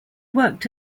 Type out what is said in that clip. worked